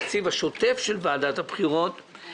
תקציב שוטף של ועדת הבחירות,